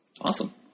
Awesome